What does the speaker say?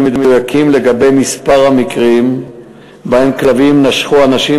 מדויקים לגבי מספר המקרים שבהם כלבים נשכו אנשים,